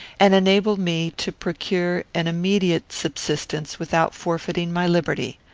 and enable me to procure an immediate subsistence without forfeiting my liberty.